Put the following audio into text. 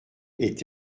étaient